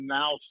now